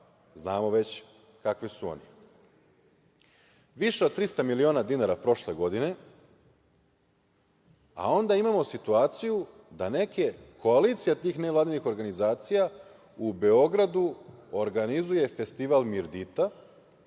znamo već kakvi su oni, više od 300 miliona dinara prošle godine. Onda imamo situaciju da neke koalicije tih nevladinih organizacija u Beogradu organizuje festival „Mirdita“